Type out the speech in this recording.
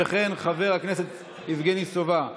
וכן חבר הכנסת יבגני סובה,